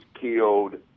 killed